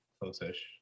close-ish